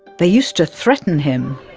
they used to threaten him